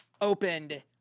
opened